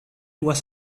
was